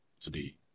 today